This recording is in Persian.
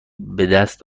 بدست